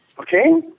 okay